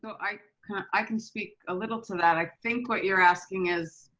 i kind of, i can speak a little to that. i think what you're asking is,